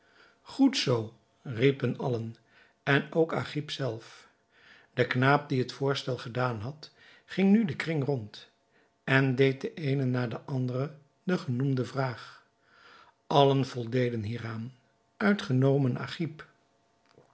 goed zoo riepen allen en ook agib zelf de knaap die het voorstel gedaan had ging nu den kring rond en deed den eenen na den anderen de genoemde vraag allen voldeden hieraan uitgenomen